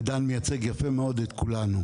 עידן מייצג יפה מאוד את כולנו.